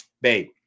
babe